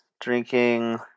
drinking